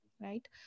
right